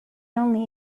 only